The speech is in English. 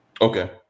okay